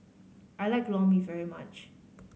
I like Lor Mee very much